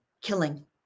killing